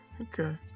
Okay